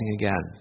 again